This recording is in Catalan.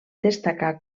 destacar